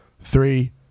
Three